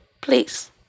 please